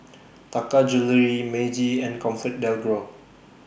Taka Jewelry Meiji and ComfortDelGro